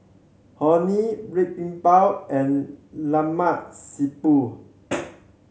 Orh Nee Red Bean Bao and Lemak Siput